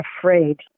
afraid